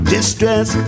Distress